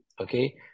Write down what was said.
okay